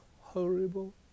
horrible